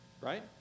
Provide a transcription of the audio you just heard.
right